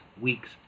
week's